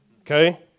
okay